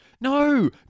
No